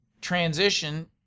transition